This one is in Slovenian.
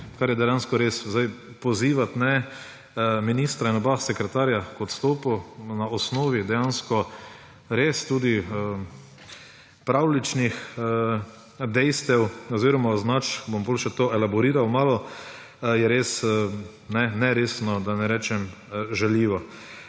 kar je dejansko res. Zdaj, pozivati ministra in oba sekretarja k odstopi na osnovi dejansko res tudi pravljičnih dejstev oziroma označb ‒ bom potem še to elaboriral malo ‒, je res neresno, da ne rečem žaljivo.